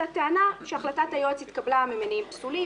זו הטענה שהחלטת היועץ התקבלה ממניעים פסולים,